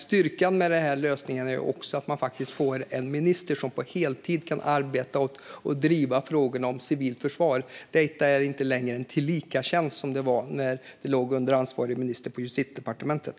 Styrkan i den lösningen är också att man får en minister som på heltid kan arbeta med och driva frågorna om civilt försvar. Detta är inte längre en tillikatjänst, som det var när det låg under ansvarig minister på Justitiedepartementet.